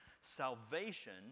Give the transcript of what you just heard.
Salvation